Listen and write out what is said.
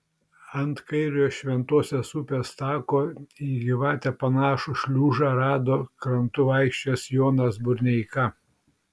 ant kairiojo šventosios upės tako į gyvatę panašų šliužą rado krantu vaikščiojęs jonas burneika